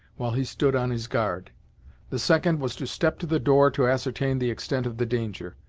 while he stood on his guard the second was to step to the door to ascertain the extent of the danger.